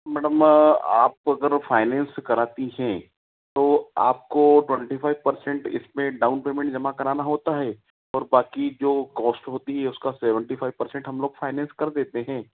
madam आपको तो finance कराती हैं तो आपको पच्चीस परसेंट उसमें डाउन पेमेंट जमा करना होता है और बाकी जो कास्ट होती है उसका पचहत्तर परसेंट हम लोग फाइनेंस कर देते हैं